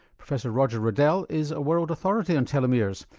professor roger reddel is a world authority on telomeres,